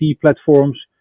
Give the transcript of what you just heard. platforms